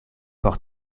por